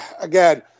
Again